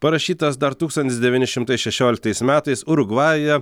parašytas dar tūkstantis devyni šimtai šešioliktais metais urugvajuje